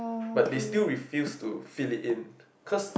but they still refuse to fill it in cause